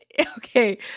Okay